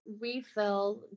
refill